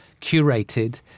curated